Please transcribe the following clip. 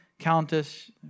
Countess